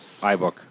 iBook